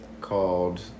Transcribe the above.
Called